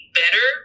better